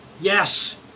Yes